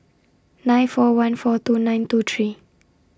nine four one four two nine two three